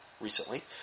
recently